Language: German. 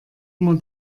immer